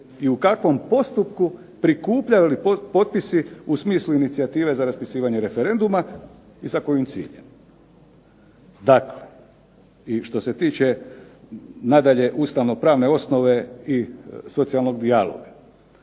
i u kakvom postupku prikupljali potpisi u smislu inicijative za raspisivanje referenduma i sa kojim ciljem. Dakle i što se tiče nadalje ustavnopravne osnove i socijalnog dijaloga.